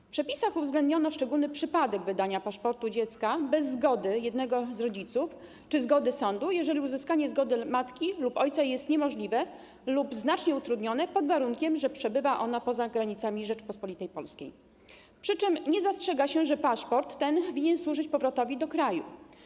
W przepisach uwzględniono szczególny przypadek wydania paszportu dziecka bez zgody jednego z rodziców czy zgody sądu, jeżeli uzyskanie zgody matki lub ojca jest niemożliwe lub znacznie utrudnione pod warunkiem, że przebywa ono poza granicami Rzeczpospolitej Polskiej, przy czym nie zastrzega się, że ten paszport winien służyć powrotowi do kraju.